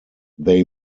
they